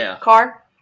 car